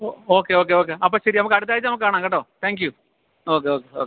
ഓ okay okay okay അപ്പോള് ശരി നമുക്ക് അടുത്താഴ്ച നമുക്ക് കാണാം കേട്ടോ thank you okay okay okay